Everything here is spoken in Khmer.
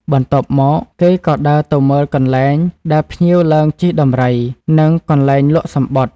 បន្ទាប់មក គេក៏ដើរទៅមើលកន្លែងដែលភ្ញៀវឡើងជិះដំរី និងកន្លែង លក់សំបុត្រ ។